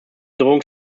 drohung